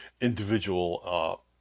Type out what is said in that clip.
individual